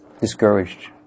discouraged